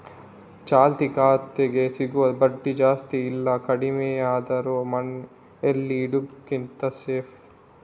ಚಾಲ್ತಿ ಖಾತೆಗೆ ಸಿಗುವ ಬಡ್ಡಿ ಜಾಸ್ತಿ ಇಲ್ಲ ಕಡಿಮೆಯೇ ಆದ್ರೂ ಮನೇಲಿ ಇಡುದಕ್ಕಿಂತ ಸೇಫ್